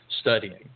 studying